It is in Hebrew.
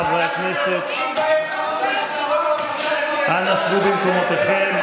חברי הכנסת, אנא שבו במקומותיכם.